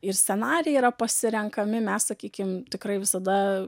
ir scenarijai yra pasirenkami mes sakykim tikrai visada